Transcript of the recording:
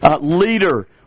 leader